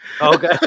Okay